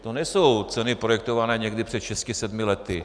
To nejsou ceny projektované někdy před šesti sedmi lety.